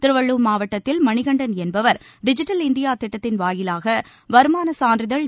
திருவள்ளூர் மாவட்டத்தில் மணிகண்டன் என்பவர் digital India திட்டத்தின் வாயிலாக வருமானச் சான்றிதழ்